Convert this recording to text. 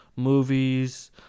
Movies